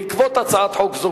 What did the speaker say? בעקבות הצעת חוק זו,